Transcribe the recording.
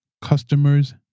customers